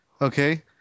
okay